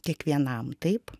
kiekvienam taip